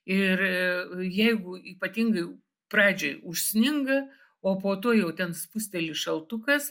ir jeigu ypatingai pradžioj užsninga o po to jau ten spusteli šaltukas